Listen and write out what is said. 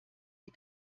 die